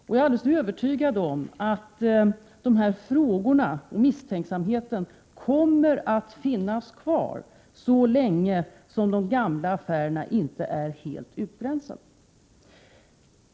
Jag är alldeles övertygad om att frågorna och misstänksamheten kommer att finnas kvar så länge de gamla affärerna inte är utredda.